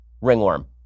Ringworm